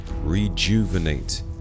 rejuvenate